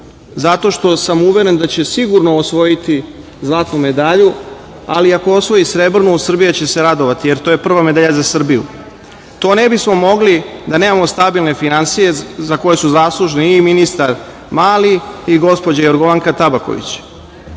zato što sam uveren da će sigurno osvojiti zlatnu medalju, ali ako osvoji i srebrnu Srbija će se radovati, jer to je prva medalja za Srbiju. To ne bismo mogli da nemamo stabilne finansije za koje su zaslužni i ministar Mali i gospođa Jorgovanka Tabaković,